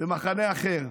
ומחנה אחר,